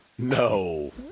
No